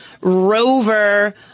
rover